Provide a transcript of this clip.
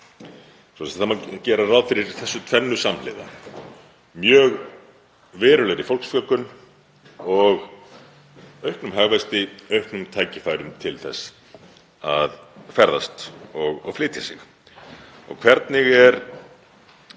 Svoleiðis að það má gera ráð fyrir þessu tvennu samhliða, mjög verulegri fólksfjölgun og auknum hagvexti, auknum tækifærum til þess að ferðast og flytja sig. Hvernig er